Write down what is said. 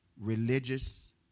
religious